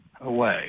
away